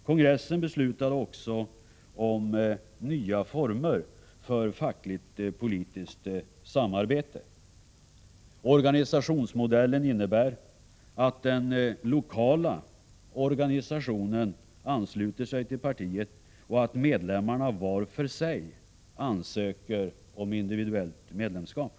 Kongressen beslutade vidare om nya former för fackligt politiskt samarbete. Organisationsmodellen innebär att den lokala organisationen ansluter sig till partiet och att medlemmarna var för sig ansöker om individuellt medlemskap.